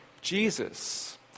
Jesus